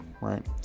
right